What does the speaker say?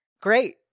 Great